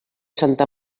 santa